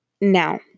Now